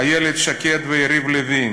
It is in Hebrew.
איילת שקד ויריב לוין?